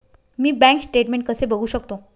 मी bank statement कसे बघू शकतो?